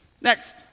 Next